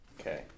Okay